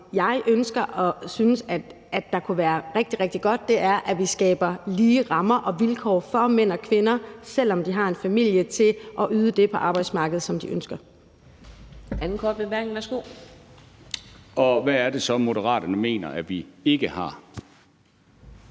jeg ønsker og synes kunne være rigtig, rigtig godt, er, at vi skaber lige rammer og vilkår for mænd og kvinder, selv om de har en familie, til at yde det på arbejdsmarkedet, som de ønsker.